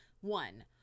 One